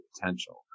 potential